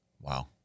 Wow